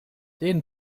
den